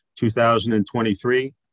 2023